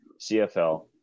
CFL